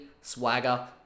swagger